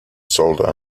sold